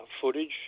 footage